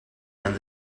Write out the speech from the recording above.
and